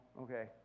Okay